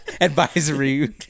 Advisory